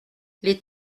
les